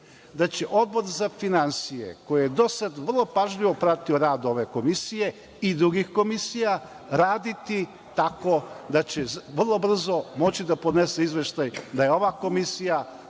da će Odbor za finansije, koji je do sada vrlo pažljivo pratio rad ove komisije i drugih komisija, raditi tako da će vrlo brzo moći da podnese izveštaj da je ova komisija